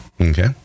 Okay